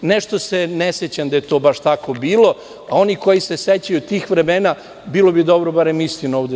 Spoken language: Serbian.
Nešto se ne sećam da je to baš tako bilo, a oni koji se sećaju tih vremena, bilo bi dobro da ovde barem istinu govore.